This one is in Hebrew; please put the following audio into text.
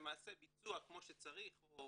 למעשה ביצוע כמו שצריך או